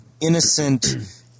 innocent